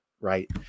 right